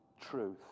truth